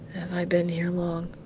i been here long?